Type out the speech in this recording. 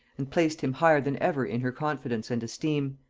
and placed him higher than ever in her confidence and esteem.